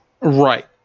Right